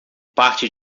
parte